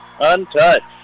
untouched